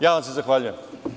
Ja vam se zahvaljujem.